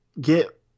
get